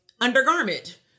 undergarment